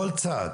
כל צעד,